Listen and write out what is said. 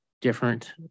different